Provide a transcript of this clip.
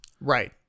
Right